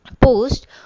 post